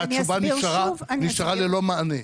והשאלה נשארה ללא מענה.